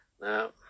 now